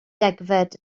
degfed